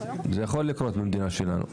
זה יכול לקרות במדינה שלנו.